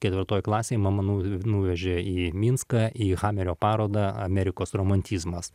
ketvirtoj klasėj mama nu nuvežė į minską į hamerio parodą amerikos romantizmas